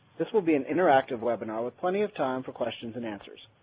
this will be an interactive webinar with plenty of time for questions and answers.